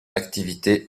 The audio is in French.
activité